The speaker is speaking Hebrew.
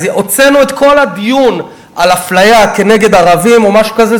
הוצאנו את כל הדיון על אפליה כנגד ערבים או משהו כזה,